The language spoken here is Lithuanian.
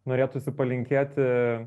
norėtųsi palinkėti